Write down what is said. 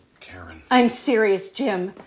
karen. i'm serious, jim.